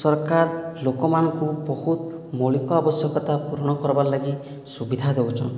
ସରକାର ଲୋକମାନଙ୍କୁ ବହୁତ ମୌଳିକ ଆବଶ୍ୟକତା ପୂରଣ କର୍ବାର୍ ଲାଗି ସୁବିଧା ଦଉଛନ୍